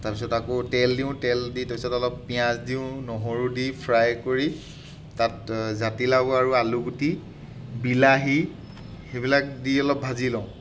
তাৰপিছত আকৌ তেল দিওঁ তেল দি তাৰপিছত অলপ পিঁয়াজ দিওঁ নহৰু দি ফ্ৰাই কৰি তাত জাতি লাও আৰু আলুগুটি বিলাহী সেইবিলাক দি অলপ ভাজি লওঁ